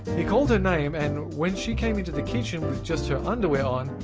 he called her name and, when she came into the kitchen with just her underwear on,